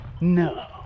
No